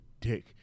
dick